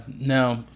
no